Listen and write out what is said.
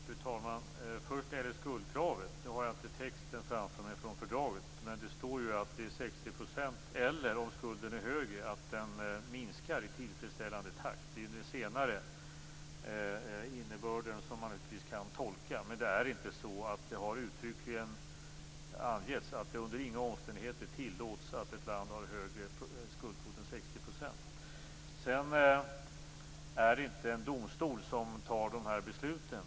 Fru talman! Först vill jag säga något om skuldkravet. Nu har jag har inte texten till fördraget framför mig. Men det står ju att det är 60 % eller, om skulden är högre, att den minskar i tillfredsställande takt. Det är den senare innebörden som man möjligtvis kan tolka. Men det är inte så att det uttryckligen har angivits att det under inga omständigheter tillåts att ett land har högre skuldkvot än 60 %. Sedan är det inte en domstol som fattar de här besluten.